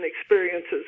experiences